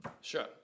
Sure